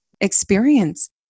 experience